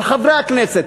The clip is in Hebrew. על חברי הכנסת,